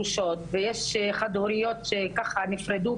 גרושות ויש חד-הוריות שנפרדו,